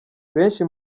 benshi